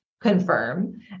confirm